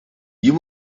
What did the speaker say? you